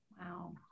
Wow